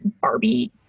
Barbie